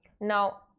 Now